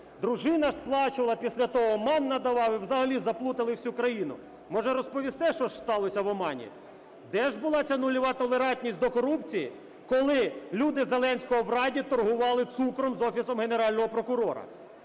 дружина сплачувала, після того Оман надавав – і взагалі заплутали всю країну. Може розповісте, що ж сталося в Омані? Де ж була ця нульова толерантність до корупції, коли люди Зеленського в Раді торгували цукром з Офісом Генерального прокурора?